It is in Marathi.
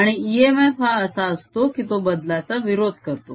आणि इएमएफ हा असा असतो की तो बदलाचा विरोध करतो